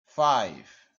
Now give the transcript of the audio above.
five